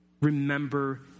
Remember